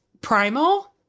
primal